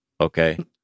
Okay